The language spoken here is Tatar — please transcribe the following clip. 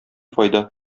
файда